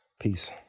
Peace